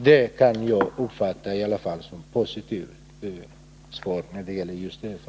Det uttalandet kan jag i alla fall uppfatta som positivt.